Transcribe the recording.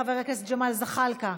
חבר הכנסת ג'מאל זחאלקה,